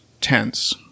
tense